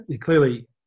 clearly